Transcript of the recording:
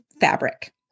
fabric